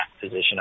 position